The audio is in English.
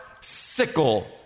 sickle